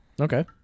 Okay